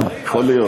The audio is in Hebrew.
יכול להיות.